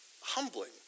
Humbling